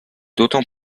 d’autant